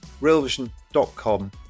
Realvision.com